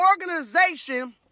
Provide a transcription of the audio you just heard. organization